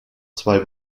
zwei